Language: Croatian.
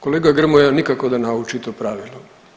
Kolega Grmoja nikako da nauči to pravilo.